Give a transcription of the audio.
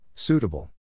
Suitable